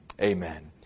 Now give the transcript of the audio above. Amen